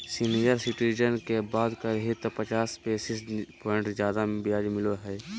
senior citizen के बात करही त पचास बेसिस प्वाइंट ज्यादा ब्याज मिलो हइ